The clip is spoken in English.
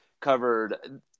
covered –